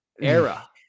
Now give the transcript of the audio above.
era